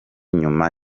nyuma